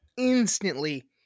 instantly